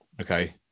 okay